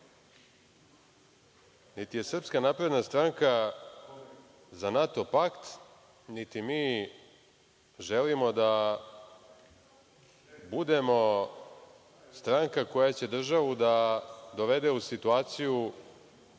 Niti je SNS za NATO pakt, niti mi želimo da budemo stranka koja će državu da dovede u situaciju